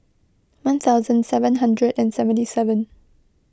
one thousand seven hundred and seventy seven